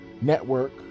Network